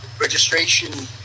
registration